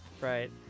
right